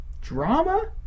Drama